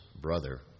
brother